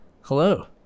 Hello